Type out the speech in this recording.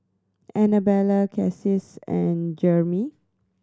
Annabella Cassius and Jeramie